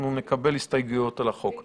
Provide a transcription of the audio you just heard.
אנחנו נקבל הסתייגויות על החוק.